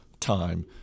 time